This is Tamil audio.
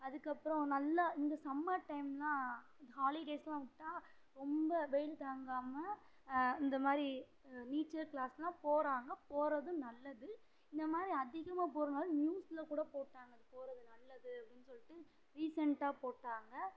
அதுக்கப்புறம் நல்லா இந்த சம்மர் டைம்மெலாம் ஹாலிடேஸெலாம் விட்டால் ரொம்ப வெயில் தாங்காமல் இந்த மாதிரி நீச்சல் க்ளாஸெலாம் போகிறாங்க போகிறதும் நல்லது இந்தமாதிரி அதிகமாக போகிறதுனால நியூஸில் கூட போட்டாங்க அது போகிறது நல்லது அப்படின்னு சொல்லிட்டு ரீசன்ட்டாக போட்டாங்க